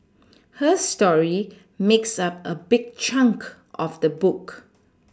her story makes up a big chunk of the book